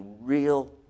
real